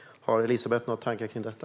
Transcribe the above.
Har Elisabet några tankar kring detta?